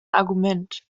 argument